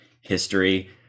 history